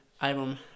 album